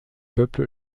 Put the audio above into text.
peuple